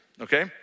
okay